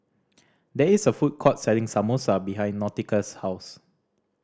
there is a food court selling Samosa behind Nautica's house